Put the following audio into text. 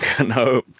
No